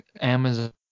Amazon